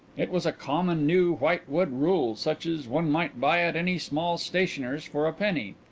it was a common new white-wood rule, such as one might buy at any small stationer's for a penny.